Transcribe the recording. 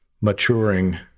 maturing